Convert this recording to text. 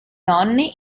nonni